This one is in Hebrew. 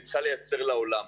היא צריכה לייצר לעולם.